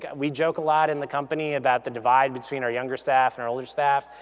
yeah we joke a lot in the company about the divide between our younger staff and our older staff.